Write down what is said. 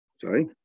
sorry